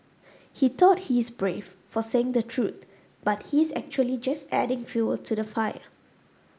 he thought he's brave for saying the truth but he's actually just adding fuel to the fire